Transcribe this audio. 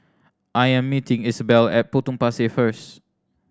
I am meeting Isabell at Potong Pasir first